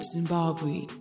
Zimbabwe